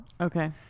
Okay